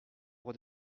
pour